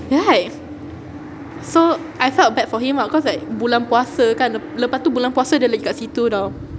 right so I felt bad for him ah cause like bulan puasa kan le~ lepas tu bulan puasa dia lagi kat situ [tau]